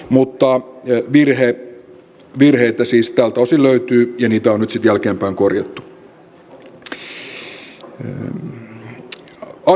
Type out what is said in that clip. mutta virheitä siis tältä osin löytyy ja niitä on sitten jälkeenpäin korjattu